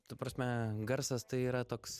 ta prasme garsas tai yra toks